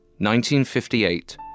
1958